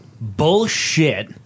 bullshit